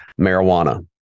marijuana